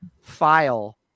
file